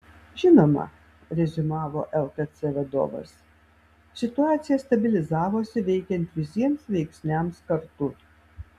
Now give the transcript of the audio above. žinoma reziumavo lkc vadovas situacija stabilizavosi veikiant visiems veiksniams kartu